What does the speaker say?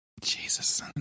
Jesus